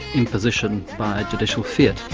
imposition by a judicial fiat.